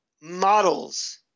models